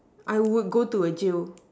I would go to a jail